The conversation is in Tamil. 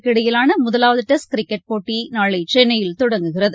இந்தியா இடையிலானமுதலாவதுடெஸ்ட் கிரிக்கெட் போட்டிநாளைசென்னையில் தொடங்குகிறது